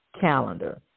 calendar